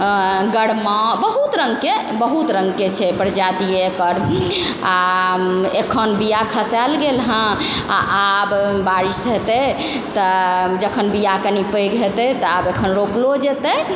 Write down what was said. गरमा बहुत रङ्गके बहुत रङ्गके छै प्रजाति एकर आओर एखन बीया खसायल गेल हइ आओर आब बारिश हेतय तऽ जखन बीया कनि पैघ हेतय तऽ आब एखन रोपलो जेतय